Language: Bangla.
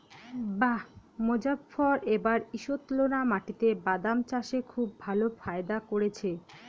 বাঃ মোজফ্ফর এবার ঈষৎলোনা মাটিতে বাদাম চাষে খুব ভালো ফায়দা করেছে